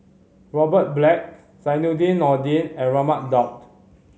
Robert Black Zainudin Nordin and Raman Daud